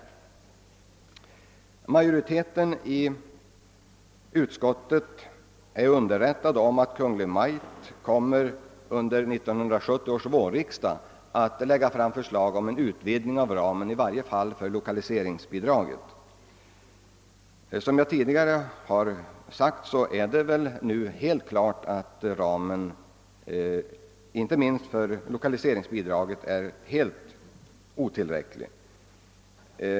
Statsutskottets majoritet har inhämtat att Kungl. Maj:t under 1970 års vårriksdag kommer att lägga fram förslag om en vidgning av ramen för i varje fall lokaliseringsbidraget. Såsom jag tidigare sagt är det nu helt klart att ramen inte minst för lokaliseringsbidraget är helt otillräcklig.